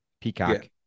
Peacock